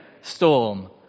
storm